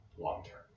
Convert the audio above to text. long-term